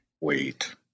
Wait